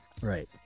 Right